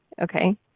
Okay